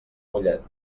mollet